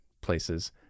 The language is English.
places